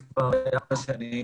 וזה אחד ההישגים.